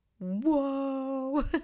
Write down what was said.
whoa